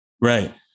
Right